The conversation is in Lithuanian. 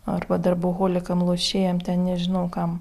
arba darboholikam lošėjam ten nežinau kam